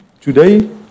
Today